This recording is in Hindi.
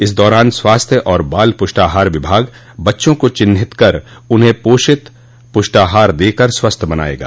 इस दौरान स्वास्थ्य और बाल पुष्टाहार विभाग बच्चों को चिन्हित कर उन्हें पोषित प्रष्टाहार देकर स्वस्थ बनाएगा